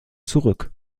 zurück